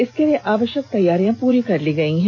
इसके लिए आवष्यक तैयारियां पूरी कर ली गई है